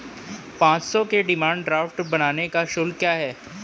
पाँच सौ के डिमांड ड्राफ्ट बनाने का शुल्क क्या है?